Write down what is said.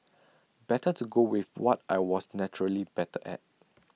better to go with what I was naturally better at